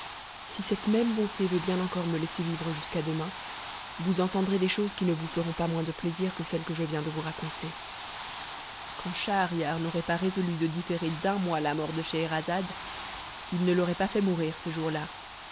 si cette même bonté veut bien encore me laisser vivre jusqu'à demain vous entendrez des choses qui ne vous feront pas moins de plaisir que celles que je viens de vous raconter quand schahriar n'aurait pas résolu de différer d'un mois la mort de scheherazade il ne l'aurait pas fait mourir ce jour-là